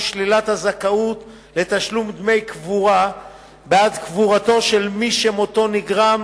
הוא שלילת הזכאות לתשלום דמי קבורה בעד קבורתו של מי שמותו נגרם